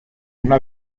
una